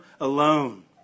alone